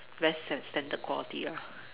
less stan~ standard quality lah